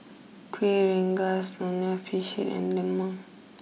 Kueh Rengas Nonya Fish Head and Lemang